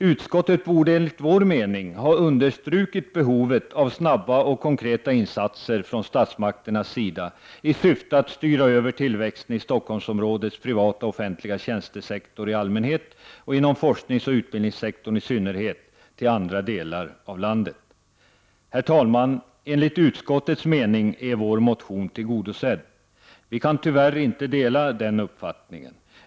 Utskottet borde enligt vår mening ha understrukit behovet av snabba och konkreta insatser från statsmakternas sida i syfte att styra tillväxten i Stockholmsområdets privata och offentliga tjänstesektor i allmänhet och inom forskningsoch utbildningssektorn i synnerhet till andra delar av landet. Herr talman! Enligt utskottets mening är våra motionskrav tillgodosedda. Vi kan tyvärr inte dela denna uppfattning.